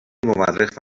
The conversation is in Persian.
مورخ